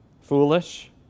Foolish